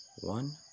one